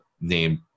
named